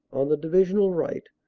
on the divisional right,